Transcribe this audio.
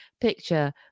picture